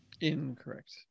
Incorrect